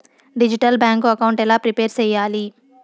Digital bank account ఎలా prepare సెయ్యాలి?